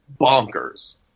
bonkers